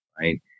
right